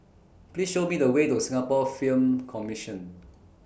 Please Show Me The Way to Singapore Film Commission